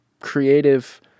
creative